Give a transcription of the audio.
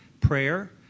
prayer